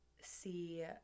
see